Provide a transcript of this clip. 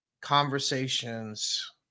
conversations